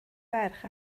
ferch